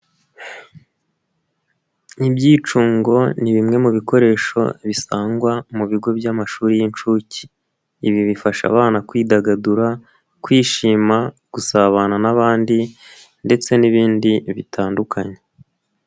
Ibyicungo ni bimwe mu bikoresho bisangwa mu bigo by'amashuri y'inshuke. Ibi bifasha abana kwidagadura, kwishima gusabana n'abandi, ndetse n'ibindi bitandukanye.